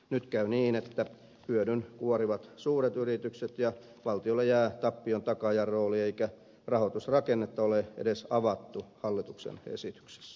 nyt käy niin että hyödyn kuorivat suuret yritykset ja valtiolle jää tappion takaajan rooli eikä rahoitusrakennetta ole edes avattu hallituksen esityksissä